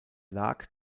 lag